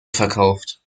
verkauft